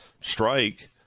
strike